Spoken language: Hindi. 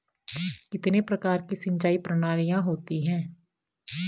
कितने प्रकार की सिंचाई प्रणालियों होती हैं?